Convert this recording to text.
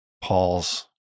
Paul's